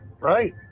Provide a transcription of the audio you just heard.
right